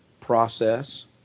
process